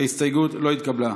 ההסתייגות לא התקבלה.